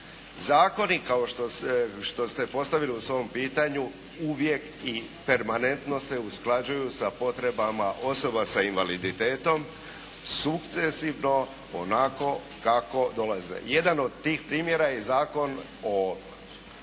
Zakoni kao što ste postavili u svom pitanju, uvijek i permanentno se usklađuju sa potrebama osoba sa invaliditetom, sukcesivno onako kako dolaze. Jedan od tih primjera je Zakon o